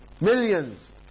Millions